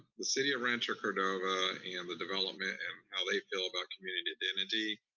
the city of rancho cordova and the development, and how they feel about community identity.